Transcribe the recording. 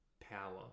power